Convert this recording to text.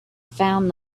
found